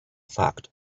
fact